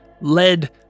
led